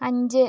അഞ്ച്